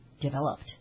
developed